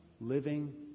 living